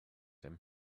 him